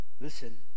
Listen